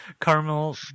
Carmel